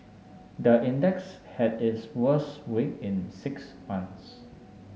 the index had its worst week in six months